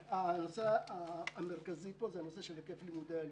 הנושא המרכזי פה הוא נושא היקף לימודי הליבה.